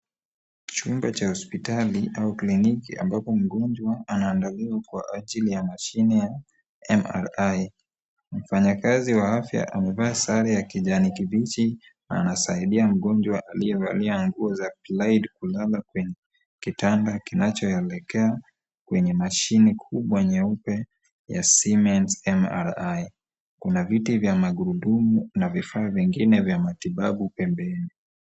Chumba cha hospitali au kliniki ambapo mgonjwa anaandaliwa kwa ajili ya mashine ya MRI. Mfanyakazi wa afya amevaa sare ya kijani kibichi anasaidia mgonjwa aliyevalia nguo za plaid kulala kwenye kitanda kinachoelekea kwenye mashini kubwa nyeupe ya Siemens MRI. Kuna viti vya magurudumu na vifaa vingine vya matibabu pembeni.